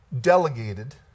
delegated